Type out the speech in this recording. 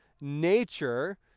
nature